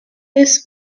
this